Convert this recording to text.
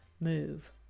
move